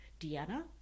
Deanna